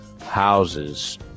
houses